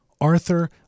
Arthur